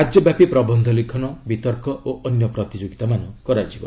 ରାଜ୍ୟବ୍ୟାପୀ ପ୍ରବନ୍ଧ ଲିଖନ ବିତର୍କ ଓ ଅନ୍ୟ ପ୍ରତିଯୋଗିତାମାନ କରାଯିବ